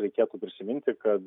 reikėtų prisiminti kad